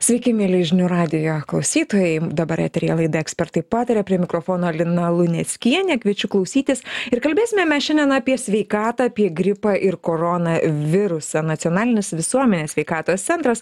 sveiki mieli žinių radijo klausytojai dabar eteryje laida ekspertai pataria prie mikrofono lina luneckienė kviečiu klausytis ir kalbėsime mes šiandien apie sveikatą apie gripą ir korona virusą nacionalinis visuomenės sveikatos centras